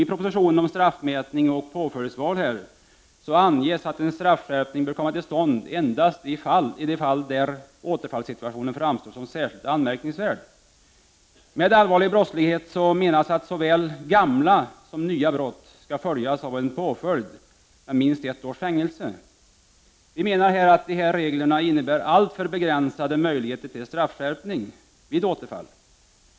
I propositionen om straffmätning och påföljdsval anges att en straffskärpning bör komma till stånd endast i de fall 69 där återfallssituationen framstår som särskilt anmärkningsvärd. Med allvarlig brottslighet menas att såväl gamla som nya brott får en påföljd av minst ett års fängelse. Vi menar att dessa regler innebär alltför begränsade möjligheter till straffskärpning vid återfall.